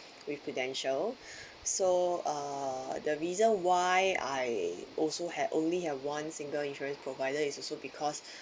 with Prudential so uh the reason why I also had only have one single insurance provider is also because